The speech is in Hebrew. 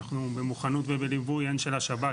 אנחנו במוכנות ובליווי הן של השב"כ,